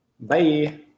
Bye